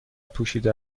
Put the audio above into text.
پوشیده